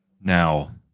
Now